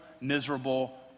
miserable